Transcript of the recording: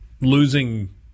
losing